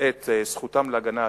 את זכותן להגנה עצמית?